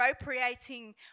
appropriating